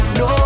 no